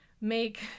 make